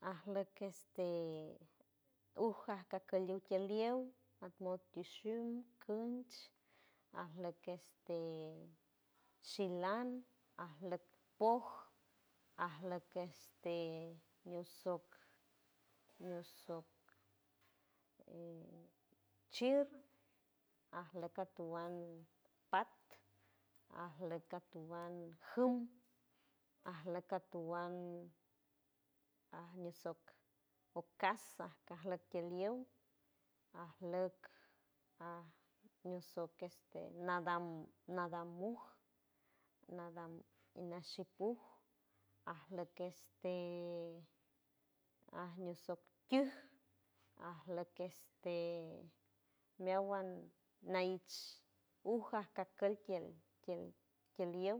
Ajlok este uja acacoliul tiel liew atmo tishiul cunch ajlok este shiland ajlok poj ajlok que este ñusoc ñusoc e child arlok atowand pat arlok atowand jum ajlok atowand añusoc o casa cajlok que lield ajlok a ñusoc este nadam nadam muj nadam inashi pu ajlok este ajñuso kiuj arlok este neawand naich uja cacol tiel tieliew